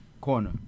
corner